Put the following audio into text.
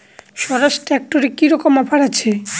স্বরাজ ট্র্যাক্টরে কি রকম অফার আছে?